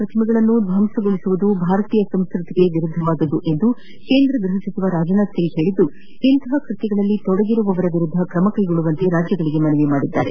ಪ್ರತಿಮೆಗಳನ್ನು ಧ್ವಂಸಗೊಳಿಸುವುದು ಭಾರತೀಯ ಸಂಸ್ಸ್ತಿತಿಗೆ ವಿರುದ್ಧವಾದದ್ದು ಎಂದು ಕೇಂದ್ರ ಗ್ಬಹ ಸಚಿವ ರಾಜನಾಥ್ ಸಿಂಗ್ ಹೇಳಿದ್ದು ಇಂತಹ ಕೃತ್ಯಗಳಲ್ಲಿ ತೊಡಗಿರುವವರ ವಿರುದ್ದ ಕ್ರಮ ಕೈಗೊಳ್ಳುವಂತೆ ರಾಜ್ಯಗಳಿಗೆ ಮನವಿ ಮಾಡಿದ್ದಾರೆ